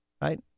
Right